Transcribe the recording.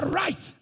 right